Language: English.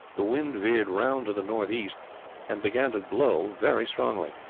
the wind veered round to the north-east and began to blow very strongly.